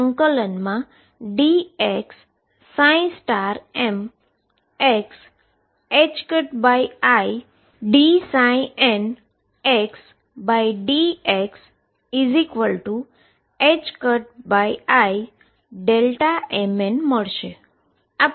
તેથી મને ડાબી બાજુએ ∞dx middxxn ∫dxm xi dnxdximn મળશે